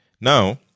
Now